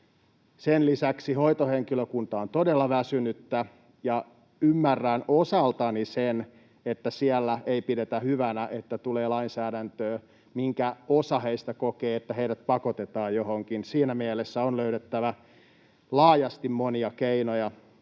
Sen lisäksi hoitohenkilökunta on todella väsynyttä, ja ymmärrän osaltani sen, että siellä ei pidetä hyvänä, että tulee lainsäädäntöä, jonka osa heistä kokee niin, että heidät pakotetaan johonkin. Siinä mielessä on löydettävä laajasti monia keinoja